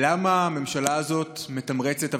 למה הממשלה הזו מתמרצת אבטלה,